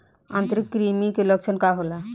आंतरिक कृमि के लक्षण का होला?